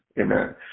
Amen